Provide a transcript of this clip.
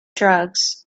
drugs